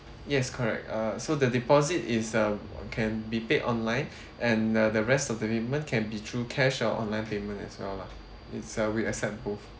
yes correct uh so the deposit is uh can be paid online and uh the rest of the payment can be through cash or online payment as well lah it's uh we accept both